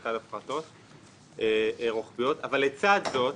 לצד הפרטות רוחביות; אבל לצד זאת,